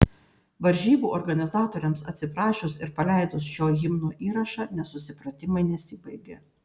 varžybų organizatoriams atsiprašius ir paleidus šio himno įrašą nesusipratimai nesibaigė